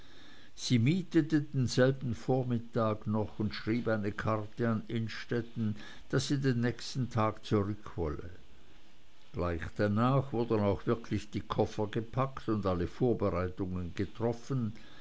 sie mietete denselben vormittag noch und schrieb eine karte an innstetten daß sie den nächsten tag zurückwolle gleich danach wurden auch wirklich die koffer gepackt und alle vorbereitungen getroffen